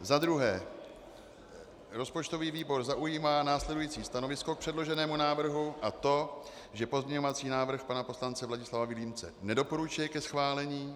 2. rozpočtový výbor zaujímá následující stanovisko k předloženému návrhu, a to že pozměňovací návrh pana poslance Vladislava Vilímce nedoporučuje ke schválení;